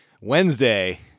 Wednesday